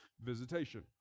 visitation